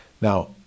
Now